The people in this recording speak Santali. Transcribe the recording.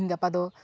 ᱛᱤᱦᱤᱧ ᱜᱟᱯᱟ ᱫᱚ